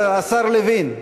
השר לוין,